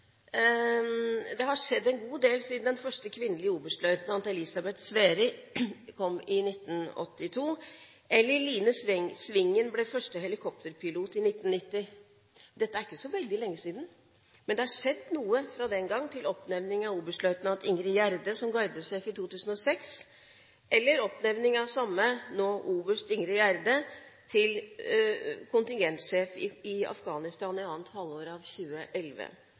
Det har skjedd en god del siden Elisabeth Sveri ble første kvinnelige oberstløytnant, i 1982, eller siden Line Svingen ble første kvinnelige helikopterpilot, i 1990. Dette er ikke så veldig lenge siden, men det har skjedd noe fra den gang til oppnevning av oberstløytnant Ingrid Gjerde til gardesjef i 2006, eller til oppnevning av den samme, nå oberst Ingrid Gjerde, til kontingentsjef i Afghanistan i annet halvår av 2011.